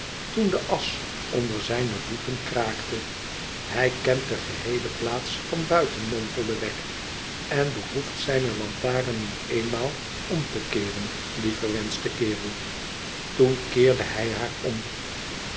toen de asch onder zijne voeten kraakte hij kent de geheele plaats van buiten mompelde wegg en behoeft zijne lantaren niet eenmaal om te keeren die verwenschte kerel toen keerde hij haar om